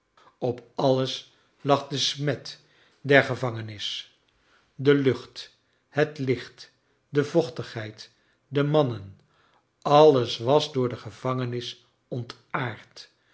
op alles lag de smet der gevangenis de lucht het licht de vochtigheid de mannen alles was door de gevangenis ontaard